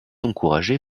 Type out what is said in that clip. encouragée